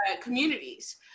communities